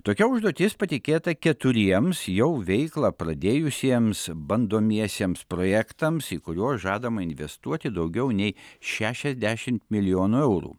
tokia užduotis patikėta keturiems jau veiklą pradėjusiems bandomiesiems projektams į kuriuos žadama investuoti daugiau nei šešiasdešimt milijonų eurų